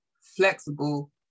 flexible